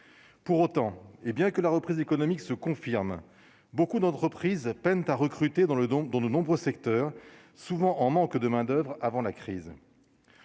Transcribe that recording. pour autant, et bien que la reprise économique se confirme, beaucoup d'entreprises peinent à recruter dans le donc dans de nombreux secteurs, souvent en manque de main-d'oeuvre, avant la crise,